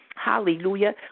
Hallelujah